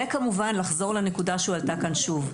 וכמובן, לחזור לנקודה שהועלתה כאן שוב.